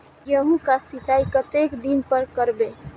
गेहूं का सीचाई कतेक दिन पर करबे?